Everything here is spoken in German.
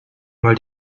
mal